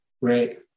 right